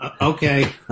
okay